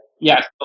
Yes